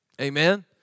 Amen